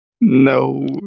No